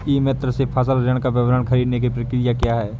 ई मित्र से फसल ऋण का विवरण ख़रीदने की प्रक्रिया क्या है?